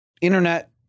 internet